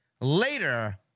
later